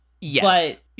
Yes